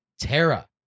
Tara